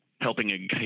helping